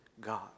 God